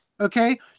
Okay